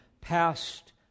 Past